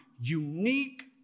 unique